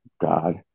god